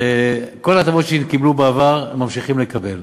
את כל ההטבות שהם קיבלו בעבר הם ממשיכים לקבל.